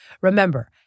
Remember